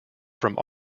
from